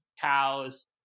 cows